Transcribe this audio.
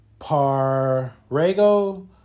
Parrego